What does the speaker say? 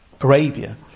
Arabia